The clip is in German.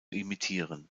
imitieren